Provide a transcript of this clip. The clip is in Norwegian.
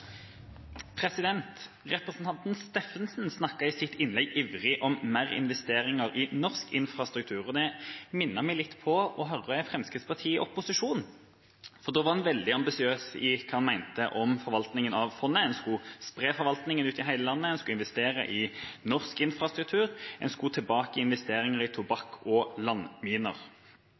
Representanten Steffensen snakket ivrig i sitt innlegg om mer investeringer i norsk infrastruktur. Det minner meg litt om Fremskrittspartiet i opposisjon. Da var en veldig ambisiøs i hva en mente om forvaltning av fondet. En skulle spre forvaltningen ut over hele landet, en skulle investere i norsk infrastruktur, og en skulle tilbake til investeringer i tobakk og landminer.